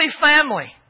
family